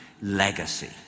legacy